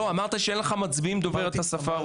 לא, אמרת שאין לך מצביעים דוברי השפה הרוסית.